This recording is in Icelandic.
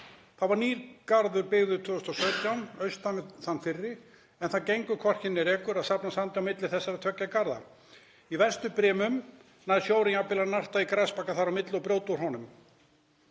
Þá var nýr garður byggður 2017 austan við þann fyrri, en það gengur hvorki né rekur að safna sandi á milli þessara tveggja garða. Í verstu brimum nær sjórinn jafnvel að narta í grasbakka þar á milli og brjóta úr honum.